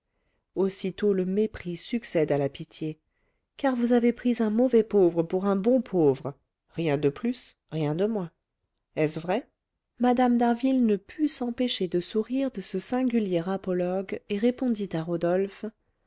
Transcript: aussitôt le mépris succède à la pitié car vous avez pris un mauvais pauvre pour un bon pauvre rien de plus rien de moins est-ce vrai mme d'harville ne put s'empêcher de sourire de ce singulier apologue et répondit à rodolphe